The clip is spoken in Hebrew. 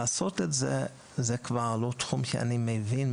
לעשות את זה - זה כבר לא תחום שאני מבין,